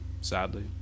sadly